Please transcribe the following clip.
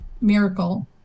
miracle